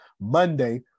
Monday